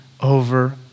over